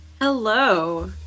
Hello